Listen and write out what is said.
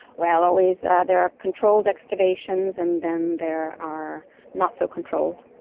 well, always there are controlled excavations and then there are not so controlled.